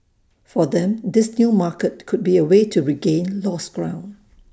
for them this new market could be A way to regain lost ground